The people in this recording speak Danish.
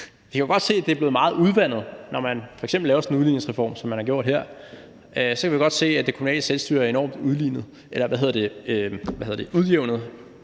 Jeg kan godt se, at det er blevet meget udvandet, når man f.eks. laver sådan en udligningsreform, som man har gjort her. Vi kan godt se, at det kommunale selvstyre er enormt udjævnet og reduceret, fordi